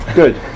good